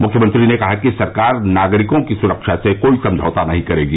मुख्यमंत्री ने कहा कि सरकार नागरिकों की सुरक्षा से कोई समझौता नहीं करेगी